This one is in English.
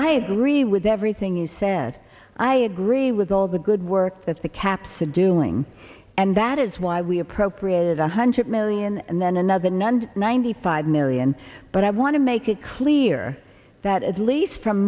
i agree with everything you said i agree with all the good work that the caps are doing and that is why we appropriated one hundred million and then another one and ninety five million but i want to make it clear that at least from